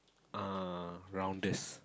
uh rounders